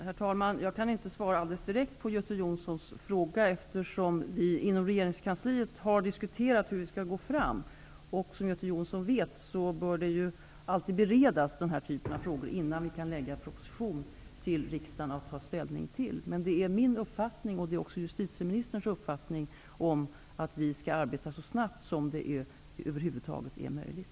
Herr talman! Jag kan inte svara direkt på Göte Jonssons fråga. Vi har i regeringskansliet diskuterat hur vi skall gå fram. Som Göte Jonsson vet bör alltid denna typ av ärende beredas innan en proposition läggs fram för riksdagen att ta ställning till. Det är min och justitieministerns uppfattning att vi skall arbeta så snabbt som det över huvud taget är möjligt.